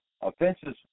offenses